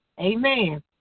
Amen